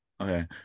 okay